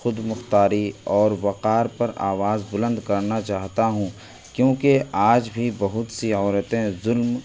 خود مختاری اور وقار پر آواز بلند کرنا چاہتا ہوں کیونکہ آج بھی بہت سی عورتیں ظلم